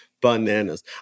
Bananas